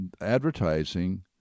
advertising